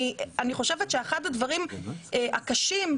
אני מסכימה איתכן שאחד הדברים הפחות נגישים זה זכויות.